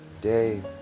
day